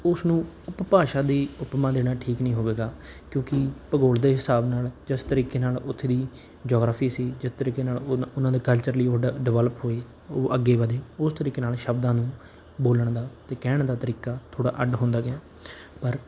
ਉਸ ਨੂੰ ਉਪਭਾਸ਼ਾ ਦੀ ਉਪਮਾ ਦੇਣਾ ਠੀਕ ਨਹੀਂ ਹੋਵੇਗਾ ਕਿਉਂਕਿ ਭੂਗੋਲ ਦੇ ਹਿਸਾਬ ਨਾਲ ਜਿਸ ਤਰੀਕੇ ਨਾਲ ਉੱਥੇ ਦੀ ਜੋਗਰਫੀ ਸੀ ਜਿਸ ਤਰੀਕੇ ਨਾਲ ਉਹਨਾਂ ਦੇ ਕਲਚਰ ਲਈ ਉਹ ਡ ਡਿਵੈਲਪ ਹੋਈ ਉਹ ਅੱਗੇ ਵਧੇ ਉਸ ਤਰੀਕੇ ਨਾਲ ਸ਼ਬਦਾਂ ਨੂੰ ਬੋਲਣ ਦਾ ਅਤੇ ਕਹਿਣ ਦਾ ਤਰੀਕਾ ਥੋੜ੍ਹਾ ਅੱਡ ਹੁੰਦਾ ਗਿਆ ਪਰ